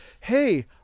hey